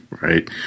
Right